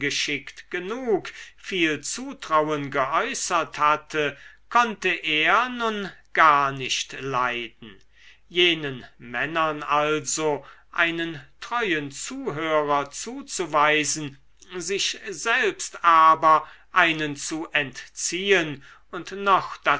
ungeschickt genug viel zutrauen geäußert hatte konnte er nun gar nicht leiden jenen männern also einen treuen zuhörer zuzuweisen sich selbst aber einen zu entziehen und noch